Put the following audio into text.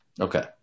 Okay